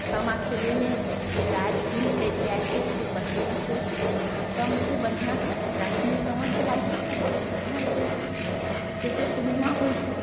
सामा खेलैमे राति दिन कटि जाइ छै खूब बढ़िआँसँ एकदमसँ बढ़िआँसँ रातिमे सामा खेलाइ छै तऽ बहुत बढ़िआँ लगै छै जैसे पूर्णिमा होइ छै